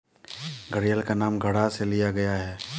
घड़ियाल का नाम घड़ा से लिया गया है